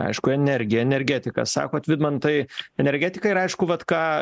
aišku energija energetika sakot vidmantai energetikai ir aišku vat ką